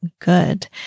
good